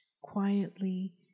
Quietly